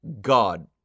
God